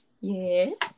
Yes